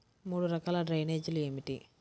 మూడు రకాల డ్రైనేజీలు ఏమిటి?